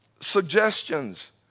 Suggestions